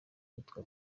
yitwa